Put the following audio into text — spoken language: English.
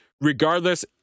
regardless